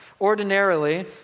Ordinarily